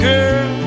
Girl